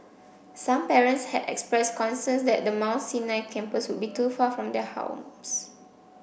some parents had expressed concerns that the Mount Sinai campus would be too far from their homes